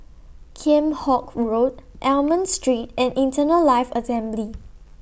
Kheam Hock Road Almond Street and Eternal Life Assembly